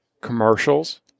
commercials